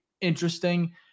interesting